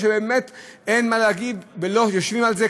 או שבאמת אין מה להגיד ולא יושבים על זה,